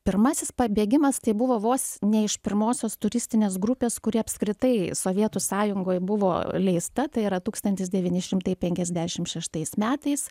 pirmasis pabėgimas tai buvo vos ne iš pirmosios turistinės grupės kuri apskritai sovietų sąjungoje buvo leista tai yra tūkstantis devyni šimtai penkiasdešimt šeštais metais